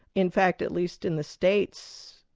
in fact at least in the states,